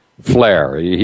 flair